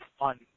on